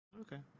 Okay